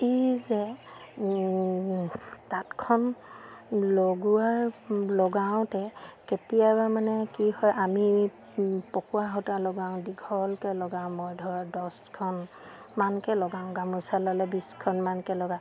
এই যে তাঁতখন লগোৱাৰ লগাওঁতে কেতিয়াবা মানে কি হয় আমি পকুৱা সূতা লগাওঁ দীঘলকৈ লগাওঁ মই ধৰ দহখনমানকৈ লগাওঁ গামোচা ল'লে বিছখনমানকৈ লগাওঁ